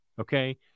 Okay